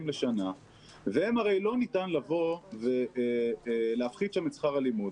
לשנה והרי לא ניתן לבוא ולהפחית שם את שכר הלימוד,